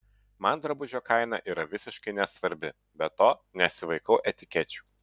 man drabužio kaina yra visiškai nesvarbi be to nesivaikau etikečių